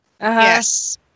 Yes